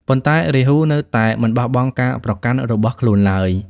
ប៉ុន្តែ រាហូនៅតែមិនបោះបង់ការប្រកាន់របស់ខ្លួនឡើយ។